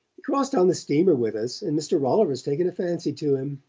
he crossed on the steamer with us, and mr. rolliver's taken a fancy to him,